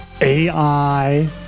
AI